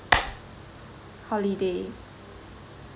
holiday